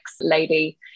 lady